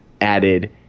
added